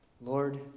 Lord